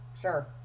Sure